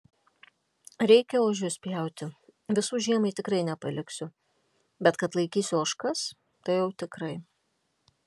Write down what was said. reikia ožius pjauti visų žiemai tikrai nepaliksiu bet kad laikysiu ožkas tai jau tikrai